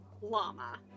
llama